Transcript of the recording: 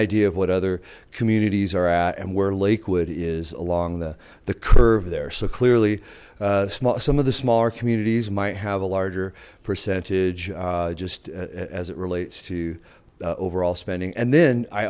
idea of what other communities are at and where lakewood is along the the curve there so clearly small some of the smaller communities might have a larger percentage just as it relates to overall spending and then i